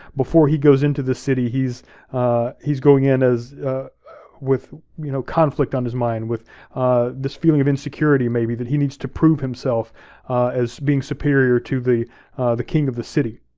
before he goes into the city, he's he's going in with you know conflict on his mind, with this feeling of insecurity maybe that he needs to prove himself as being superior to the the king of the city.